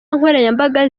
nkoranyambaga